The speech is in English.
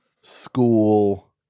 school